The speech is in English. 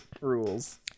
rules